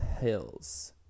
Hills